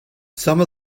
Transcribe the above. some